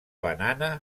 banana